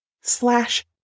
slash